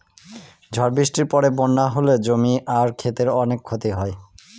ঝড় বৃষ্টির পরে বন্যা হলে জমি আর ক্ষেতের অনেক ক্ষতি হয়